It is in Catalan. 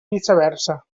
viceversa